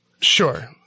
Sure